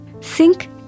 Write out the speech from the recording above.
sink